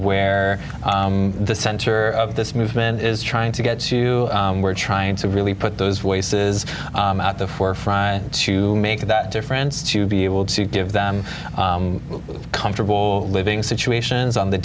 where the center of this movement is trying to get to we're trying to really put those voices at the forefront to make that difference to be able to give them comfortable living situations on the